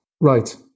Right